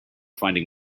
finding